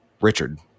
Richard